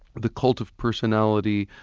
the cult of personality,